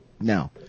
Now